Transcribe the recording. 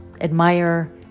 admire